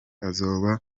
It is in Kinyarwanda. azoba